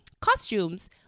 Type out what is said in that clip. costumes